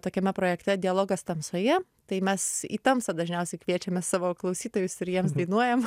tokiame projekte dialogas tamsoje tai mes į tamsą dažniausiai kviečiame savo klausytojus ir jiems dainuojam